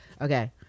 Okay